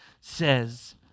says